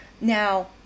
Now